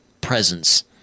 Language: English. presence